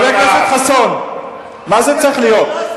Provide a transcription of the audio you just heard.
חבר הכנסת חסון, מה זה צריך להיות?